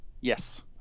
Yes